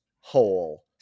hole